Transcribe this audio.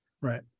Right